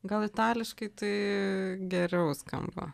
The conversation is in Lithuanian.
gal itališkai tai geriau skamba